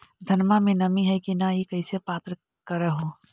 धनमा मे नमी है की न ई कैसे पात्र कर हू?